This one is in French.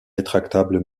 rétractable